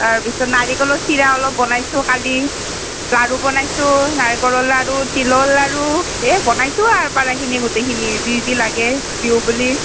তাৰপিছত নাৰিকলৰ চিৰা অলপ বনাইছোঁ কালি লাড়ু বনাইছোঁ নাৰিকলৰ লাড়ু তিলৰ লাড়ু এ বনাইছোঁ আৰু পৰাখিনি গোটেইখিনি যি যি লাগে বিহু বুলি